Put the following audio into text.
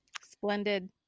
Splendid